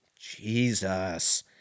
Jesus